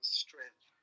strength